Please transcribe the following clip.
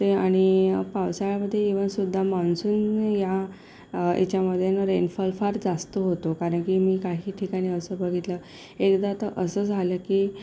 ते आणि पावसाळ्यामध्ये इव्हन सुद्धा मान्सून या याच्यामध्ये न रेनफॉल फार जास्त होतो कारण की मी काही ठिकाणी असं बघितलं एकदा तर असं झालं की